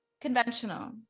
Conventional